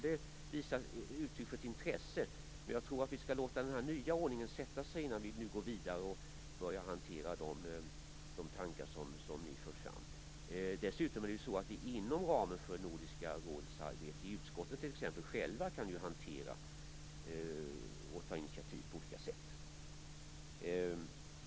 Det är ett uttryck för intresse, men jag tror att vi skall låta den nya ordningen sätta sig innan vi går vidare och börjar hantera de tankar som ni för fram. Dessutom är det så att inom ramen för Nordiska rådets arbete kan t.ex. utskotten själva ta olika initiativ.